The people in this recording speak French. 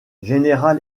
general